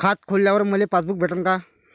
खातं खोलल्यावर मले पासबुक भेटन का?